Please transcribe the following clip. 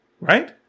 right